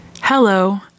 Hello